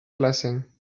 blessing